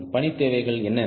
பணி தேவைகள் என்னென்ன